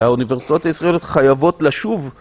האוניברסיטאות הישראליות חייבות לשוב